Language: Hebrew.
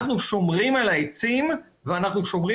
אנחנו שומרים על העצים ואנחנו שומרים